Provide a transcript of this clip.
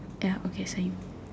ya okay same